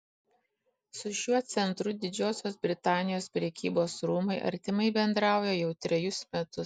su šiuo centru didžiosios britanijos prekybos rūmai artimai bendrauja jau trejus metus